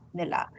nila